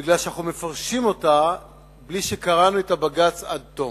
מפני שאנחנו מפרשים אותה בלי שקראנו את הבג"ץ עד תום.